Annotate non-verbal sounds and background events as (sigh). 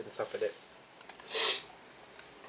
and stuff like that (breath)